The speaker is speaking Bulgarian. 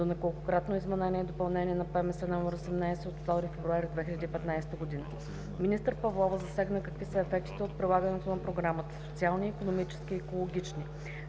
до неколкократно изменение и допълнение на ПМС № 18 от 02 февруари 2015г. Министър Павлова засегна какви са ефектите от прилагането на програмата – социални, икономически и екологични.